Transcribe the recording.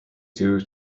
due